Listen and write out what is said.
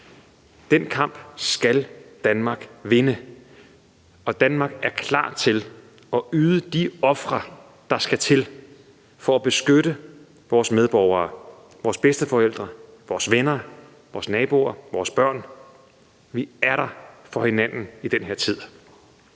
Den kamp skal Danmark vinde, og Danmark er klar til at yde de ofre, der skal til for at beskytte vores medborgere – vores bedsteforældre, vores venner, vores naboer, vores børn. Vi er der for hinanden i den her tid.